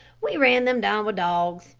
we ran them down with dogs.